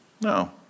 No